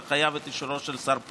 אתה חייב את אישורו של השר פרוש.